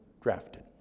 drafted